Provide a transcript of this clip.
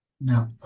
Now